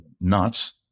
nuts